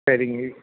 சரிங்க